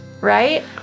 Right